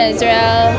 Israel